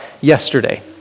yesterday